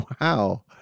Wow